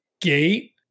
gate